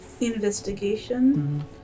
Investigation